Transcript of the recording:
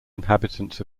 inhabitants